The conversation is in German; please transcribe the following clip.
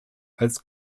als